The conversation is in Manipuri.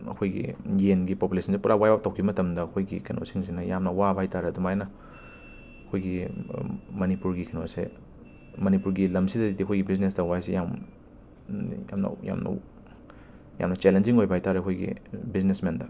ꯑꯩꯈꯣꯏꯒꯤ ꯌꯦꯟꯒꯤ ꯄꯣꯄꯨꯂꯦꯁꯟꯁꯦ ꯄꯨꯔꯥ ꯋꯥꯏꯞ ꯑꯥꯎꯠ ꯇꯧꯈꯤꯕ ꯃꯇꯝꯗ ꯑꯩꯈꯣꯏꯒꯤ ꯀꯩꯅꯣꯁꯤꯡꯁꯤꯅ ꯌꯥꯝꯅ ꯋꯥꯕ ꯍꯥꯏꯇꯥꯔꯦ ꯑꯗꯨꯃꯥꯏꯅ ꯑꯩꯈꯣꯏꯒꯤ ꯃꯅꯤꯄꯨꯔꯒꯤ ꯀꯩꯅꯣꯁꯦ ꯃꯅꯤꯄꯨꯔꯒꯤ ꯂꯝꯁꯤꯗꯗꯤ ꯑꯩꯈꯣꯏ ꯕꯤꯖꯤꯅꯦꯁ ꯇꯧꯕ ꯍꯥꯏꯁꯦ ꯌꯥꯝ ꯌꯥꯝꯅ ꯌꯥꯝꯅ ꯌꯥꯝꯅ ꯆꯦꯂꯦꯟꯖꯤꯡ ꯑꯣꯏꯕ ꯍꯥꯏꯇꯥꯔꯦ ꯑꯩꯈꯣꯏꯒꯤ ꯕꯤꯖꯤꯅꯦꯁꯃꯦꯟꯗ